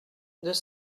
deux